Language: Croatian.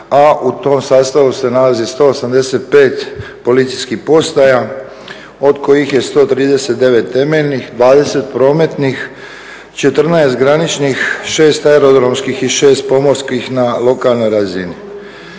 a u tom sastavu se nalazi 185 policijskih postaja od kojih je 138 temeljnih, 20 prometnih, 14 graničnih, 6 aerodromskih i 6 pomorskih na lokalnoj razini.